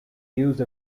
use